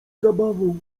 zabawą